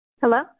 Hello